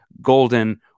Golden